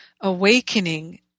awakening